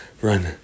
run